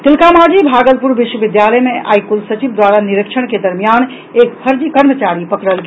तिलकामांझी भागलप्र विश्वविद्यालय मे आई कुलसचिव द्वारा निरीक्षण के दरमियान एक फर्जी कर्मचारी पकड़ल गेल